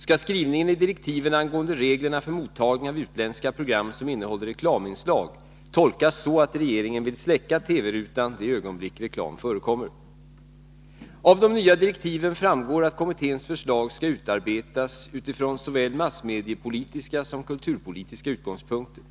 Skall skrivningen i direktiven angående reglerna för mottagning av utländska program som innehåller reklaminslag tolkas så att regeringen vill ”släcka” TV-rutan de ögonblick reklam förekommer? Av de nya direktiven framgår att kommitténs förslag skall utarbetas utifrån såväl massmediepolitiska som kulturpolitiska utgångspunkter.